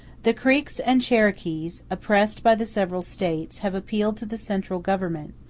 the creeks and cherokees, oppressed by the several states, have appealed to the central government,